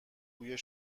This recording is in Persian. بوی